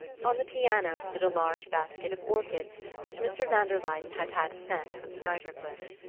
on the piano stood a large basket of orchids which mr. van der luyden had had sent from skuytercliff.